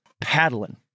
paddling